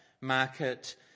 market